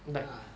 ah